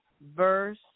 verse